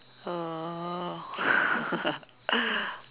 uh